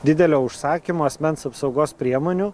didelio užsakymo asmens apsaugos priemonių